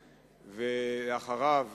ואחריו,